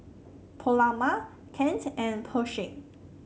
Paloma Kent and Pershing